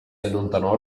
allontanò